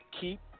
keep